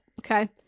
Okay